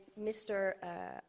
Mr